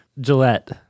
Gillette